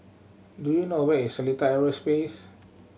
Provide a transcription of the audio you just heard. do you know where is Seletar Aerospace